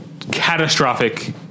catastrophic